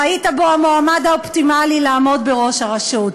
ראית בו המועמד האופטימלי לעמוד בראש הרשות?